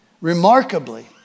Remarkably